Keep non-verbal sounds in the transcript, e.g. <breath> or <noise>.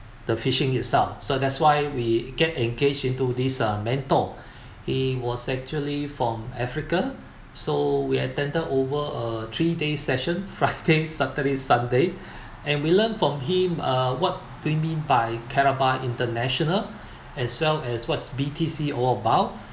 the fishing yourself so that's why we get engage into this uh mentor he was actually from africa so we attended over a three day session friday <laughs> saturday sunday <breath> and we learnt from him uh what do it mean by karatbar international as well as what's B_T_C all about